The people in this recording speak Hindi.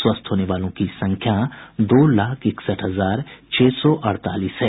स्वस्थ होने वालों की संख्या दो लाख इकसठ हजार छह सौ अड़तालीस है